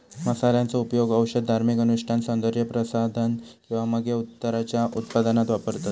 मसाल्यांचो उपयोग औषध, धार्मिक अनुष्ठान, सौन्दर्य प्रसाधन किंवा मगे उत्तराच्या उत्पादनात वापरतत